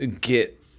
get